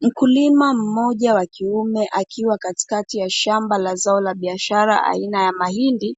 Mkulima mmoja wa kiume akiwa katikati ya zao la biashara aina ya mahindi,